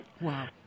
Wow